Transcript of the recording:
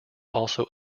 also